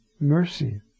mercy